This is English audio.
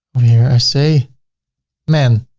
here i say men.